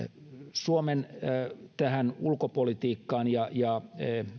suomen ulkopolitiikkaan ja ja